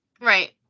Right